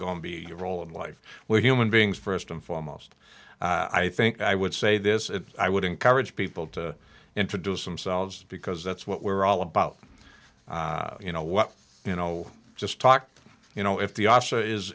going to be your role in life where human beings st and foremost i think i would say this i would encourage people to introduce themselves because it's what we're all about you know what you know just talk you know if the